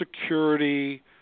Security